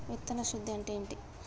విత్తన శుద్ధి అంటే ఏంటి?